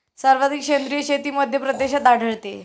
सर्वाधिक सेंद्रिय शेती मध्यप्रदेशात आढळते